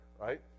right